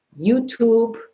YouTube